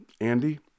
andy